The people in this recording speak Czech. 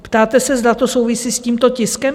Ptáte se, zda to souvisí s tímto tiskem?